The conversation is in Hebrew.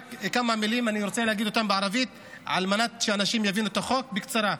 רק כמה מילים אני רוצה להגיד בערבית על מנת שאנשים יבינו את החוק בקצרה.